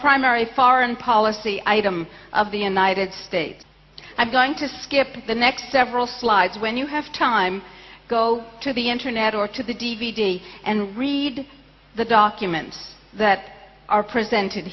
primary foreign policy item of the united states i'm going to skip the next several slides when you have time go to the internet or to the d v d and read the documents that are presented